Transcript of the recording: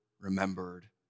remembered